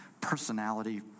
personality